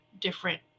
different